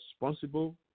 responsible